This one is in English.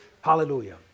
Hallelujah